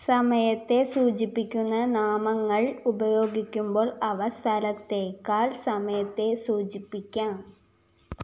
സമയത്തെ സൂചിപ്പിക്കുന്ന നാമങ്ങൾ ഉപയോഗിക്കുമ്പോൾ അവ സ്ഥലത്തേക്കാൾ സമയത്തെ സൂചിപ്പിക്കാം